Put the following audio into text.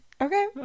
Okay